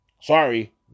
Sorry